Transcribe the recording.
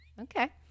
Okay